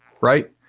right